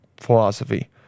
philosophy